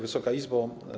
Wysoka Izbo!